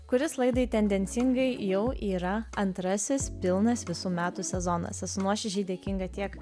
kuris laidai tendencingai jau yra antrasis pilnas visų metų sezonas esu nuoširdžiai dėkinga tiek